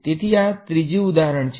તેથી આ ત્રીજી ઉદાહરણ છે